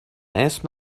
اسم